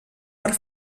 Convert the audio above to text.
per